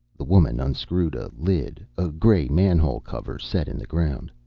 the woman unscrewed a lid, a gray manhole cover set in the ground.